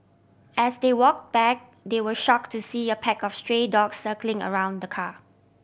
as they walk back they were shock to see a pack of stray dogs circling around the car